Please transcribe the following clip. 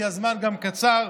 כי הזמן גם קצר,